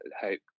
hope